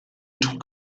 trug